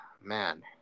man